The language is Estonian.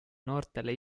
noortele